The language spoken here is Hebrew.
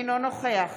אינו נוכח